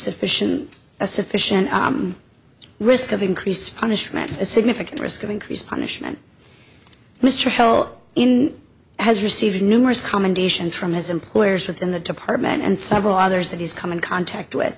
sufficient a sufficient risk of increase punishment a significant risk of increased punishment mr hill in has received numerous commendations from his employers within the department and several others that he's come in contact with